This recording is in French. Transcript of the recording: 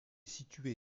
situé